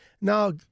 Now